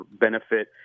benefit